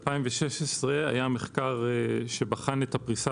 ב-2016 היה מחקר שבחן את הפריסה